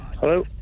Hello